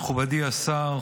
מכובדי השר,